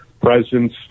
presence